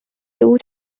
two